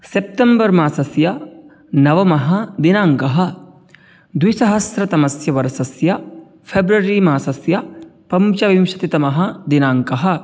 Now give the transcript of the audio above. September मासस्य नवमः दिनाङ्कः द्विसहस्रतमस्य वर्षस्य फ़ेब्ररी मासस्य पञ्चविंशतितमः दिनाङ्कः